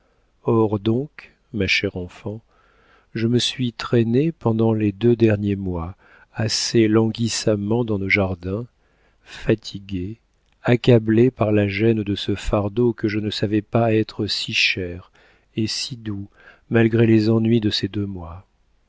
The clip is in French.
or donc ma chère enfant je me suis traînée pendant les deux derniers mois assez languissamment dans nos jardins fatiguée accablée par la gêne de ce fardeau que je ne savais pas être si cher et si doux malgré les ennuis de ces deux mois